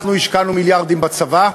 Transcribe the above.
אנחנו השקענו מיליארדים בצבא,